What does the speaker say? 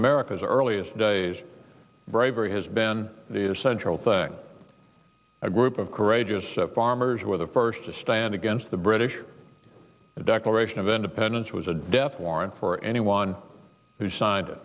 america's earliest days bravery has been the essential thing a group of courageous farmers were the first to stand against the british declaration of independence was a death warrant for anyone who signed